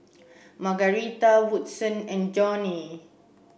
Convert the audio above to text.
Margarita Woodson and Joni